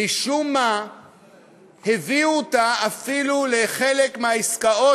משום מה הביאו אותה אפילו לחלק מהעסקאות